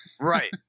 Right